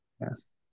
Yes